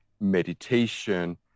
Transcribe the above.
meditation